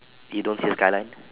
you don't see a skyline